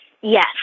Yes